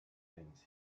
things